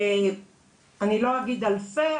אני לא אגיד אלפי,